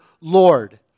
Lord